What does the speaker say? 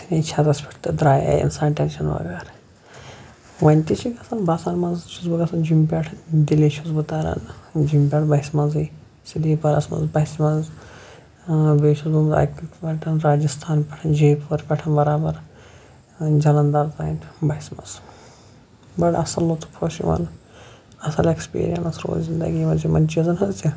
ژھٕنے چھَتَس پٮ۪ٹھ تہٕ درٛایے اِنسان ٹٮ۪نشَن بغٲر وٕنہِ تہِ چھِ گژھان بَسَن منٛز چھُس بہٕ گژھان جیٚمہِ پٮ۪ٹھٕ دِلہٕ چھُس بہٕ تَران جیٚمہِ پٮ۪ٹھ بَسہِ منٛزٕے سِلیٖپَرَس منٛز بَسہِ منٛز بیٚیہِ چھُس بہٕ وۄنۍ اَتہِ پٮ۪ٹھ راجِستھان پٮ۪ٹھ جے پوٗر پٮ۪ٹھ برابر جھَلندَر تانۍ بَسہِ منٛز بَڑٕ اَصٕل لطف اوس یوان اَصٕل ایٚکٕسپیٖریَنٕس روٗز زندگی منٛز یِمَن چیٖزَن ہٕنٛز تہِ